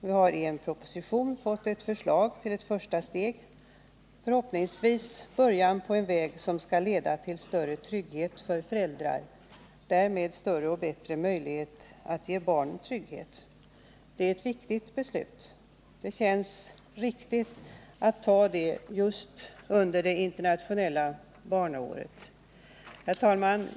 Vi har i propositionen fått förslag till ett första steg, förhoppningsvis början på en väg som skall leda till större trygghet för föräldrarna och därmed större och bättre möjligheter att ge barnen trygghet. Det är ett viktigt beslut. Och det känns riktigt att ta det just under det internationella barnaåret. Herr talman!